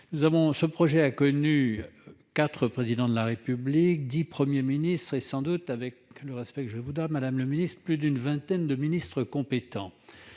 Ce projet a connu quatre Présidents de la République, dix Premiers ministres, et avec tout le respect que je vous dois, madame la secrétaire d'État, plus d'une vingtaine de ministres compétents,